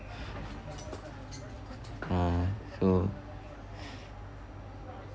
uh so